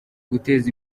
guteza